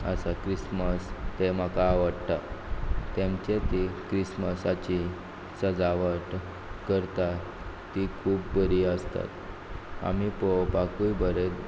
आसा क्रिस्मस ते म्हाका आवडटात तेंचे ती क्रिस्मसाची सजावट करतात ती खूब बरी आसता आनी पळोवपाकूय बरें